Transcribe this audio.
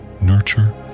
nurture